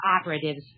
operatives